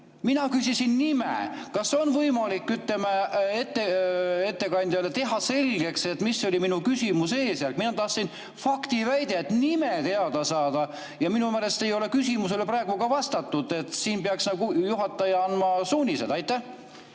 Mina küsisin nime. Kas on võimalik, ütleme, ettekandjale teha selgeks, mis oli minu küsimuse eesmärk? Mina tahtsin faktiväidet ja tahtsin nime teada saada. Minu meelest ei ole küsimusele praegu ka vastatud. Siin peaks juhataja andma suunised. Aitäh,